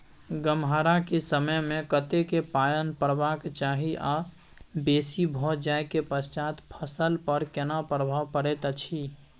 गम्हरा के समय मे कतेक पायन परबाक चाही आ बेसी भ जाय के पश्चात फसल पर केना प्रभाव परैत अछि?